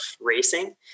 racing